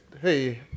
hey